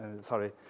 sorry